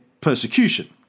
Persecution